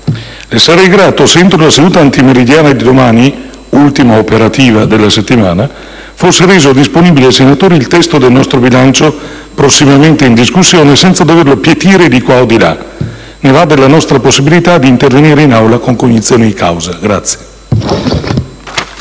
Le sarei grato se entro la seduta antimeridiana di domani, ultima operativa della settimana, fosse reso disponibile ai senatori il testo del nostro bilancio prossimamente in discussione, senza doverlo pietire di qua o di là. Ne va della nostra possibilità di intervenire in Aula con cognizione di causa.